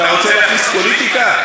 אתה רוצה להכניס פוליטיקה?